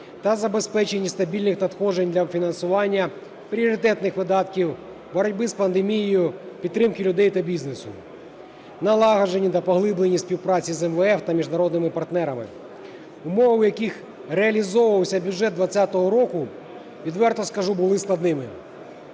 та забезпечення стабільних надходжень для фінансування пріоритетних видатків боротьби з пандемією, підтримки людей та бізнесу, налагодження та поглиблення співпраці з МВФ та міжнародними партнерами. Умови, в яких реалізовувався бюджет 2020 року, відверто скажу, були складними,